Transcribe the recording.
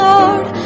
Lord